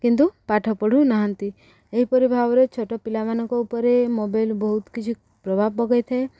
କିନ୍ତୁ ପାଠ ପଢ଼ୁ ନାହାନ୍ତି ଏହିପରି ଭାବରେ ଛୋଟ ପିଲାମାନଙ୍କ ଉପରେ ମୋବାଇଲ୍ ବହୁତ କିଛି ପ୍ରଭାବ ପକେଇଥାଏ